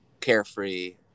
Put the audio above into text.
carefree